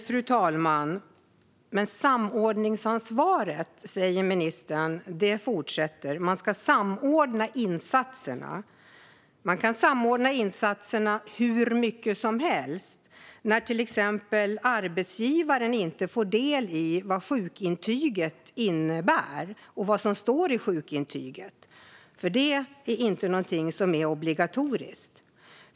Fru talman! Samordningsansvaret fortsätter, säger ministern. Man ska samordna insatserna. Men man kan samordna insatser hur mycket som helst när det till exempel är så att arbetsgivaren inte får ta del av vad sjukintyget innebär och vad som står i sjukintyget; det är inte någonting som är obligatoriskt.